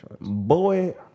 Boy